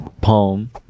palm